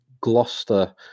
Gloucester